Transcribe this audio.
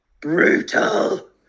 brutal